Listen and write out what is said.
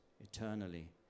eternally